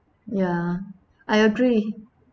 ya I agree